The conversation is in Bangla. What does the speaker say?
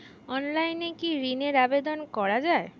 অনলাইনে কি ঋণের আবেদন করা যায়?